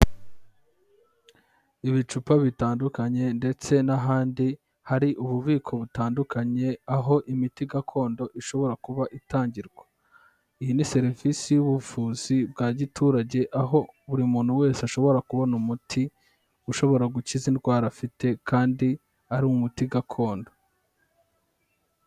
Ibicupa bitandukanye ndetse n'ahandi hari ububiko butandukanye, aho imiti gakondo ishobora kuba itangirwa. Iyi ni serivisi y'ubuvuzi bwa giturage aho buri muntu wese ashobora kubona umuti ushobora gukiza indwara afite kandi ari umuti gakondo.